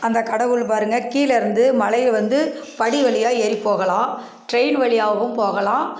அந்த கடவுள் பாருங்கள் கீழே இருந்து மலையி வந்து படி வழியாக ஏறி போகலாம் டிரெயின் வழியாகவும் போகலாம்